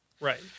Right